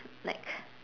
like